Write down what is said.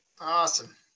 Awesome